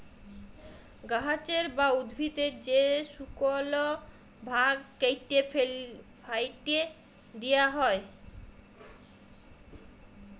গাহাচের বা উদ্ভিদের যে শুকল ভাগ ক্যাইটে ফ্যাইটে দিঁয়া হ্যয়